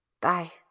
Bye